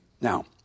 Now